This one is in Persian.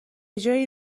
جای